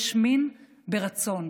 יש מין ברצון.